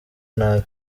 nabi